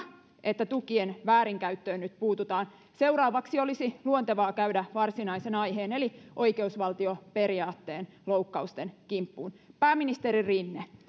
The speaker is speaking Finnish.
että tukien väärinkäyttöön nyt puututaan seuraavaksi olisi luontevaa käydä varsinaisen aiheen eli oikeusvaltioperiaatteen loukkausten kimppuun pääministeri rinne